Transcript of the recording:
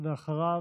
אחריו,